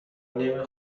نمی